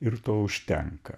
ir to užtenka